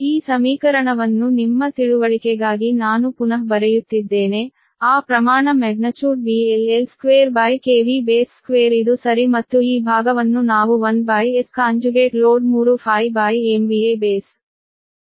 ಈ ಸಮೀಕರಣವನ್ನು ನಿಮ್ಮ ತಿಳುವಳಿಕೆಗಾಗಿ ನಾನು ಬಲಭಾಗಕ್ಕೆ ಪುನಃ ಬರೆಯುತ್ತಿದ್ದೇನೆ ಆ ಪ್ರಮಾಣ VL L22 ಇದು ಸರಿ ಮತ್ತು ಈ ಭಾಗವನ್ನು ನಾವು 1Sload3∅B